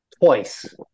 twice